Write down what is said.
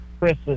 Chris